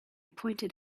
pointed